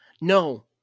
No